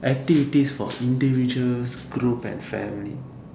activities for individuals group and family